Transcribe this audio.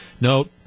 no